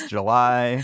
July